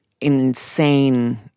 insane